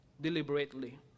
deliberately